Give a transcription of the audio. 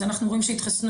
אז אנחנו רואים שהתחסנו,